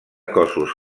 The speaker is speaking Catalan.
cossos